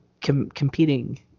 competing